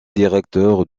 directeur